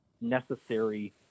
necessary